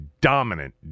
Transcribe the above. dominant